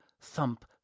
thump